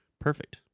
Perfect